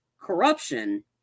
corruption